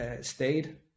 stayed